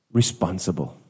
responsible